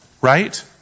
Right